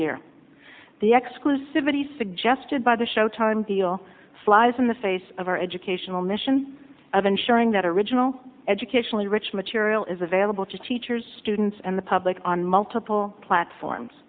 year the exclusivity suggested by the showtime deal flies in the face of our educational mission of ensuring that original educationally rich material is available to teachers students and the public on multiple platforms